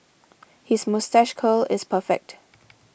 his moustache curl is perfect